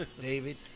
David